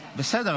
בסדר,